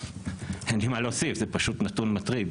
אין לי מה להוסיף, זה פשוט נתון מטריד.